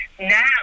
Now